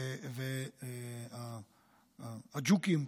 והג'וקים,